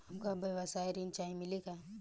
हमका व्यवसाय ऋण चाही मिली का?